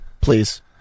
please